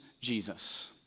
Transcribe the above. Jesus